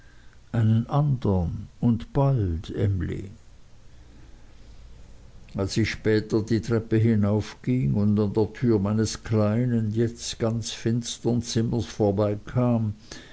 einen andern und bald emly als ich später die treppe hinaufging und an der tür meines kleinen jetzt ganz finstern zimmers vorbeikam